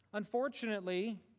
unfortunately,